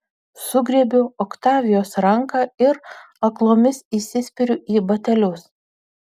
sugriebiu oktavijos ranką ir aklomis įsispiriu į batelius